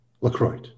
LaCroix